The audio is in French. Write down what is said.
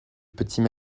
petits